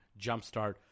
jumpstart